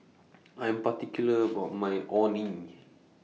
I Am particular about My Orh Nee